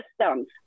systems